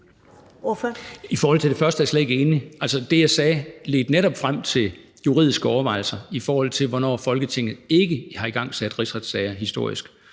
I forhold til det første er jeg slet ikke enig i. Det, jeg sagde, ledte netop frem til juridiske overvejelser, i forhold til hvornår Folketinget ikke har igangsat rigsretssager historisk.